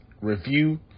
review